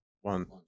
one